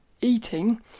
eating